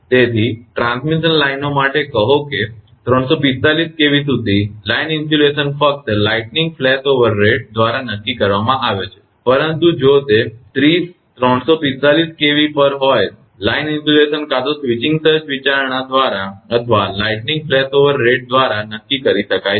તેથી ટ્રાન્સમિશન લાઇનો માટે કહો કે 345 kV સુધી લાઇન ઇન્સ્યુલેશન ફક્ત લાઇટનીંગ ફ્લેશઓવર રેટ દ્વારા નક્કી કરવામાં આવે છે પરંતુ જો તે 30 345 કેવી પર હોય તો લાઇન ઇન્સ્યુલેશન કાં તો સ્વિચિંગ સર્જ વિચારણા દ્વારા અથવા લાઈટનિંગ ફ્લેશઓવર રેટ દ્વારા નક્કી કરી શકાય છે